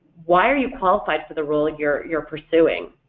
why are you qualified for the role you're you're pursuing?